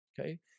Okay